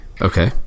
Okay